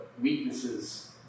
weaknesses